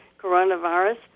coronavirus